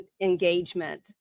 engagement